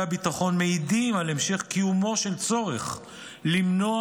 הביטחון מעידים על המשך קיומו של צורך למנוע